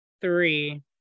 three